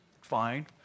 fine